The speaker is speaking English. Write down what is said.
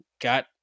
got